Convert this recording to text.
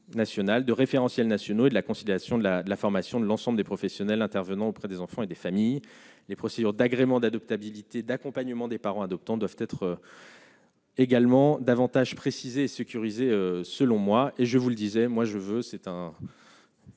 nationale de référentiels nationaux et de la conciliation de la de la formation de l'ensemble des professionnels intervenant auprès des enfants et des familles, les procédures d'agrément d'adaptabilité d'accompagnement des parents adoptants doivent être. également davantage précisée sécurisé selon moi et je vous le disais, moi je veux, c'est un.